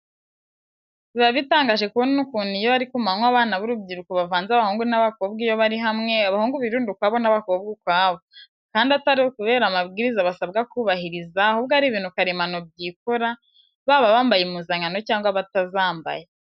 Biba bitangaje kubona ukuntu iyo ari ku manywa abana b'urubyiruko bavanze abahungu n'abakobwa, iyo bari hamwe, abahungu birunda ukwabo n'abakobwa ukwabo, kandi atari ukubera amabwiriza basabwa kubahiriza ahubwo ari ibintu karemano byikora, baba bambaye impuzankano cyangwa batazambaye.